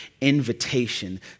invitation